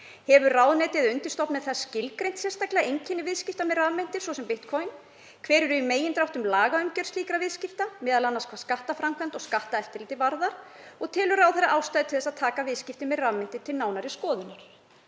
Hefur ráðuneytið eða undirstofnanir þess skilgreint sérstaklega einkenni viðskipta með rafmyntir, svo sem Bitcoin? Hver er í megindráttum lagaumgjörð slíkra viðskipta, m.a. hvað skattframkvæmd og skatteftirlit varðar? Telur ráðherra ástæðu til að taka viðskipti með rafmyntir til nánari skoðunar?